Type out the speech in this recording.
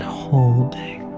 holding